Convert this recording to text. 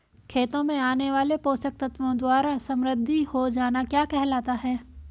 खेतों में आने वाले पोषक तत्वों द्वारा समृद्धि हो जाना क्या कहलाता है?